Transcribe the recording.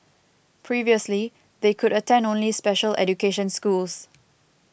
previously they could attend only special education schools